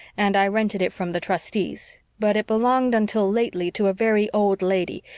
and i rented it from the trustees. but it belonged until lately to a very old lady,